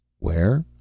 where?